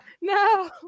No